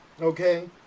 Okay